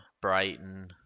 Brighton